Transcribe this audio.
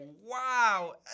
wow